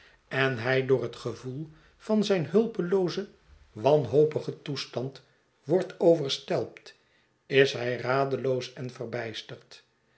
en hij door net gevoel van zijn hulpeloozen wanhopigen toestand wordt overstelpt is hij radeloos en verbijsterd